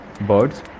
birds